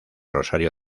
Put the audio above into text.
rosario